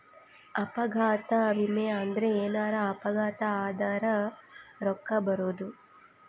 ಅಪಘಾತ ವಿಮೆ ಅಂದ್ರ ಎನಾರ ಅಪಘಾತ ಆದರ ರೂಕ್ಕ ಬರೋದು